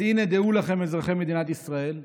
אז הינה, דעו לכם, אזרחי מדינת ישראל: